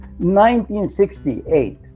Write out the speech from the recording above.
1968